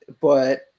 but-